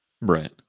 right